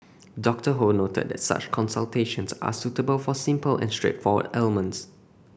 Doctor Ho noted that such consultations are suitable for simple and straightforward ailments